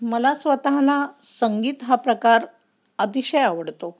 मला स्वतःला संगीत हा प्रकार अतिशय आवडतो